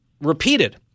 repeated